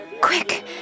Quick